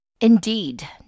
Indeed